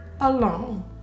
alone